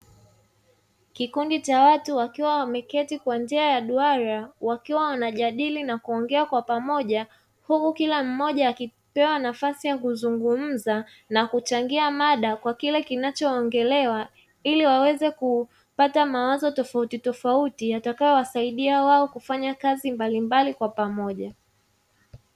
Kikundi cha watu wakiwa wameketi kwa njia ya duara wakiwa wanajadili na kuongea kwa pamoja, huku kila mmoja akipewa nafasi ya kuzungumza na kuchangia mada kwa kile kinachoongelewa ili waweze kupata mawazo tofauti tofauti yatakayo wasaidia wao kufanya kazi mbalimbali kwa pamoja.